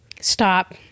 stop